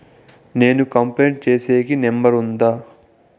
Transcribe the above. నేను కంప్లైంట్ సేసేకి నెంబర్ ఉందా?